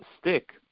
stick